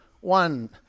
One